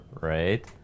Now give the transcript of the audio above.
right